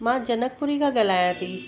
मां जनकपूरी खां ॻाल्हायां थी